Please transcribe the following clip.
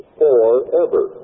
forever